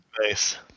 Nice